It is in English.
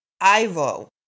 Ivo